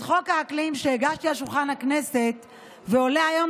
את חוק האקלים שהנחתי על שולחן הכנסת ועולה היום